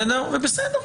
זה בסדר.